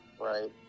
Right